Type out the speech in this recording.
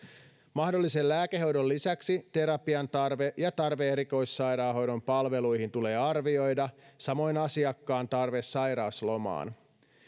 mahdollisen lääkehoidon lisäksi terapian tarve ja tarve erikoissairaanhoidon palveluihin tulee arvioida samoin asiakkaan tarve sairauslomaan